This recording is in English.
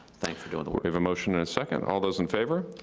thanks for doing the work. we have a motion and a second, all those in favor.